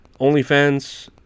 OnlyFans